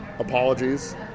Apologies